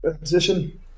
position